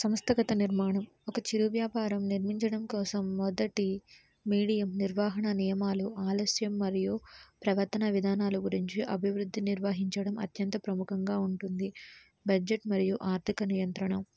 సంస్థగత నిర్మాణం ఒక చిరు వ్యాపారం నిర్మించడం కోసం మొదటి మీడియం నిర్వాహణ నియమాలు ఆలస్యం మరియు ప్రవర్తన విధానాల గురించి అభివృద్ధి నిర్వహించడం అత్యంత ప్రముఖంగా ఉంటుంది బడ్జెట్ మరియు ఆర్ధిక నియంత్రణ